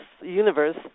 universe